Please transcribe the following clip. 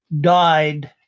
died